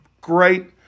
great